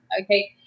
Okay